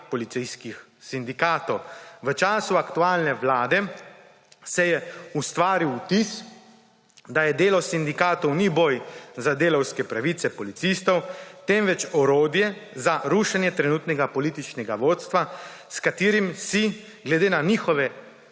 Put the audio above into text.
policijskih sindikatov. V času aktualne vlade se je ustvaril vtis, da delo sindikatov ni boj za delavske pravice policistov, temveč orodje za rušenje trenutnega političnega vodstva, s katerim si glede na njihove